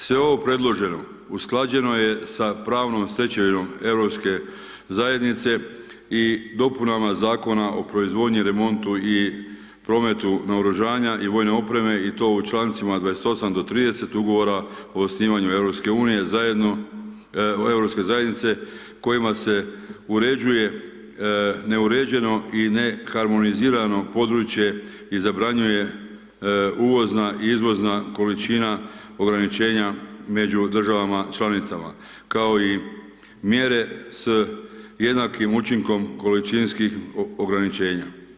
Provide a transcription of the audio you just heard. Sve ovo predloženo usklađeno je sa pravnom stečevinom europske zajednice i dopunama Zakona o proizvodnji, remontu i prometu naoružanja i vojne opreme i to u čl. 28-30 Ugovora o osnivanju EU zajedno Europske zajednice, kojima se uređuje neuređeno i ne harmonizirano područje i zabranjuje uvozna i izvozna količina ograničenja među državama članicama, kao i mjere s jednakim učinkom količinskih ograničenja.